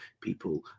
people